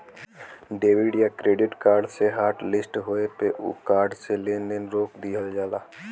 debit या credit card के hotlist होये पे उ कार्ड से लेन देन रोक दिहल जाला